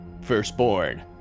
firstborn